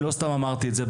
לא סתם אמרתי את זה,